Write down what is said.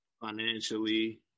financially